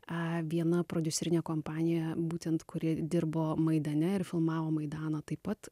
a viena prodiuserinė kompanija būtent kuri dirbo maidane ir filmavo maidaną taip pat